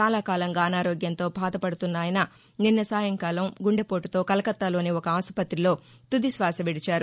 చాలా కాలంగా అనారోగ్యంతో బాధపడుతున్న ఆయన నిన్న సాయంకాలం గుండెపోటుతో కలకతాలోని ఒక ఆసుపతిలో తుది శ్వాస విడిచారు